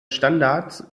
standards